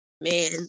man